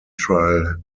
trail